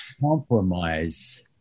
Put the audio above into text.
compromise